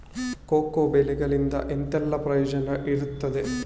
Cocoa ಬೆಳೆಗಳಿಂದ ಎಂತೆಲ್ಲ ಪ್ರಯೋಜನ ಇರ್ತದೆ?